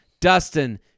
Dustin